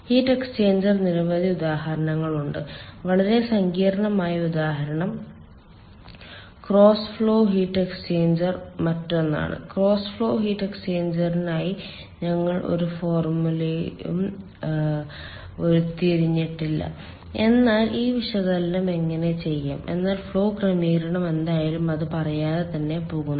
heat exchanger നിരവധി ഉദാഹരണങ്ങളുണ്ട് വളരെ സങ്കീർണ്ണമായ ഉദാഹരണം ക്രോസ് ഫ്ലോ ഹീറ്റ് എക്സ്ചേഞ്ചർ മറ്റൊന്നാണ് ക്രോസ് ഫ്ലോ ഹീറ്റ് എക്സ്ചേഞ്ചറിനായി ഞങ്ങൾ ഒരു ഫോർമുലയും ഉരുത്തിരിഞ്ഞിട്ടില്ല എന്നാൽ ഈ വിശകലനം എങ്ങനെ ചെയ്യാം എന്നാൽ ഫ്ലോ ക്രമീകരണം എന്തായാലും അത് പറയാതെ തന്നെ പോകുന്നു